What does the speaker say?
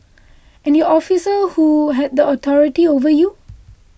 and your officer who had the authority over you